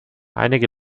einige